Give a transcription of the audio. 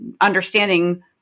understanding